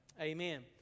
Amen